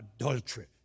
adultery